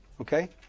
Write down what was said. Okay